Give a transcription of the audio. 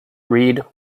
read